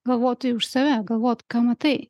galvoti už save galvot ką matai